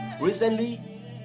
Recently